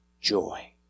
joy